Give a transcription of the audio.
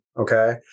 Okay